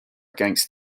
against